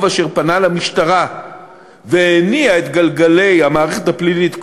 אשר פנה למשטרה והניע את גלגלי המערכת הפלילית,